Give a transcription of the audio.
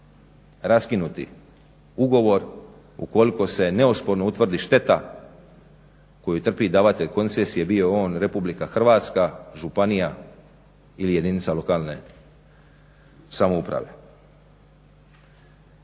raskinuti ugovor ukoliko se neosporno utvrdi šteta koju trpi davatelj koncesije, bio on Republika Hrvatska, županija ili jedinica lokalne samouprave.